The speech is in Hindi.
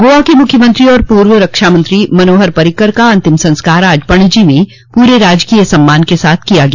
गोआ के मुख्यमंत्री और पूर्व रक्षा मंत्री मनोहर पर्रिकर का अंतिम संस्कार आज पणजी में पूरे राजकीय सम्मान के साथ किया गया